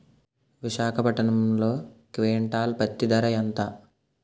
విశాఖపట్నంలో క్వింటాల్ పత్తి ధర ఎంత?